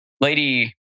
Lady